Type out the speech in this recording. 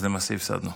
אז למעשה הפסדנו.